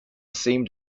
seemed